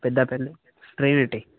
Peddapalli